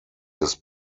des